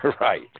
Right